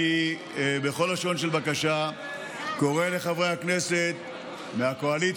בכל לשון של בקשה אני קורא לחברי הכנסת מהקואליציה